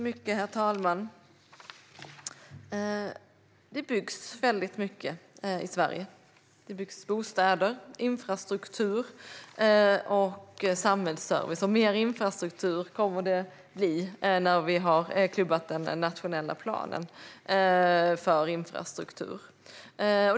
Herr talman! Det byggs mycket i Sverige. Det byggs bostäder, infrastruktur och samhällsservice, och mer infrastruktur kommer det att bli när vi har klubbat den nationella planen för infrastruktur.